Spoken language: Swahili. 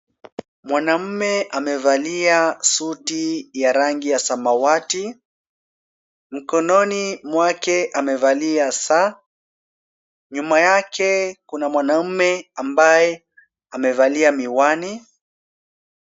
Mwaname, amevalia suti ya rangi ya samawati, mkononi mwake amevalia saa, nyuma yake kuna mwanamume ambaye amevalia miwani.